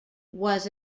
was